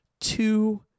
two